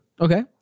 Okay